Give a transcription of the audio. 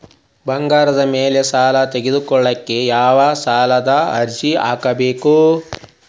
ಬಂಗಾರದ ಮ್ಯಾಲೆ ಸಾಲಾ ತಗೋಳಿಕ್ಕೆ ಯಾವ ಸಾಲದ ಅರ್ಜಿ ಹಾಕ್ಬೇಕು?